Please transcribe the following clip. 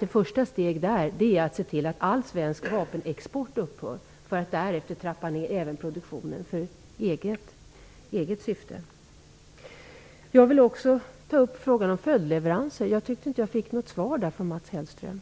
Det första steget är att se till att all svensk vapenexport upphör, för att därefter trappa ned även produktionen för eget syfte. Jag vill också ta upp frågan om följdleveranser, som jag inte fick något svar på av Mats Hellström.